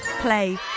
play